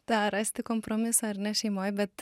tą rasti kompromisą ar ne šeimoj bet